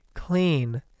clean